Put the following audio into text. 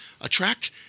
attract